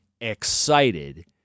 excited